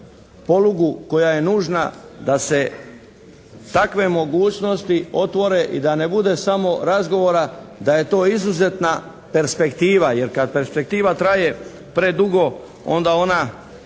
polugu koja je nužna da se takve mogućnosti otvore i da ne bude samo razgovora da je to izuzetna perspektiva, jer kada perspektiva traje predugo onda ona